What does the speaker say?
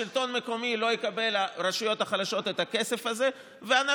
בשלטון המקומי הרשויות החלשות לא יקבלו את הכסף הזה ואנחנו